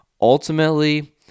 Ultimately